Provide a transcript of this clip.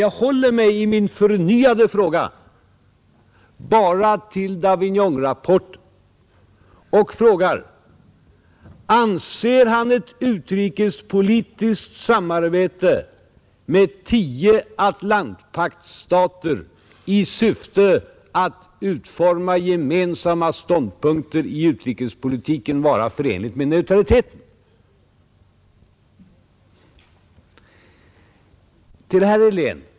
Jag håller mig vid min förnyade fråga enbart till Davignonrapporten och frågar: Anser herr Bohman ett utrikespolitiskt samarbete med tio Atlantspaktsstater i syfte att utforma gemensamma ståndpunkter i utrikespolitiken vara förenligt med neutraliteten? Till herr Helén!